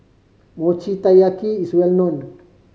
Mochi Taiyaki is well known